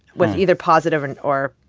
with either positive and or,